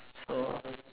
so